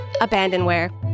Abandonware